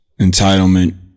entitlement